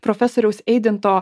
profesoriaus eidinto